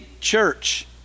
church